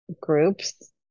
groups